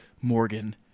Morgan